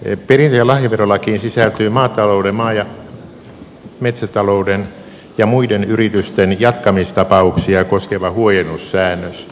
perintö ja lahjaverolakiin sisältyy maatalouden maa ja metsätalouden ja muiden yritysten jatkamistapauksia koskeva huojennussäännös